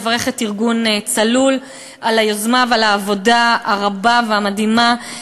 לברך את ארגון "צלול" על היוזמה ועל העבודה הרבה והמדהימה,